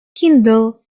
kindle